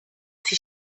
sie